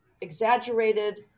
exaggerated